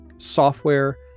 software